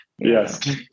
Yes